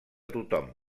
tothom